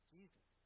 Jesus